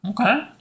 Okay